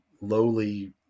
lowly